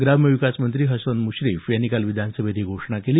ग्रामविकास मंत्री हसन मृश्रीफ यांनी काल विधानसभेत ही घोषणा केली